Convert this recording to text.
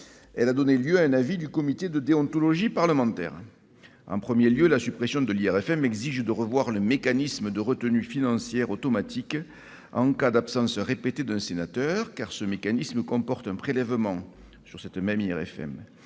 Elle a donné lieu à un avis du comité de déontologie parlementaire. En premier lieu, la suppression de l'IRFM exige de revoir le mécanisme de retenue financière automatique en cas d'absences répétées d'un sénateur, car ce mécanisme comporte un prélèvement sur cette indemnité.